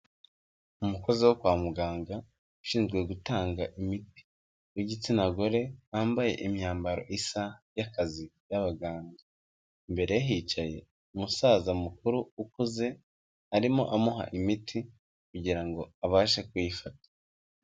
Umukozi wo kwa muganga ushinzwe gutanga imiti w'igitsina gore wambaye imyambaro isa y'akazi y'abaganga. Imbere ye hicaye umusaza mukuru ukuze, arimo amuha imiti kugira ngo abashe kuyifata.